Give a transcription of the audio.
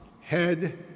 head